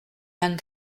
young